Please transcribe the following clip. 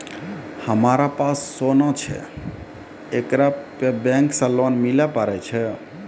हमारा पास सोना छै येकरा पे बैंक से लोन मिले पारे छै?